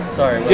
Sorry